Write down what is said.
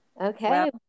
Okay